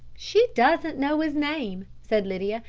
she doesn't know his name, said lydia.